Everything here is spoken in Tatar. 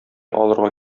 алырга